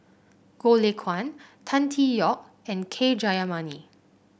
Goh Lay Kuan Tan Tee Yoke and K Jayamani